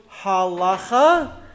halacha